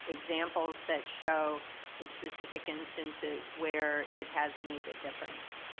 examples that show in specific instances where it has made a difference.